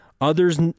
others